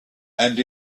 and